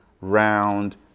round